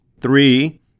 Three